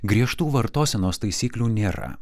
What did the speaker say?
griežtų vartosenos taisyklių nėra